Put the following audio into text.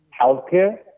healthcare